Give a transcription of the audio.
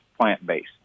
plant-based